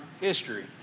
history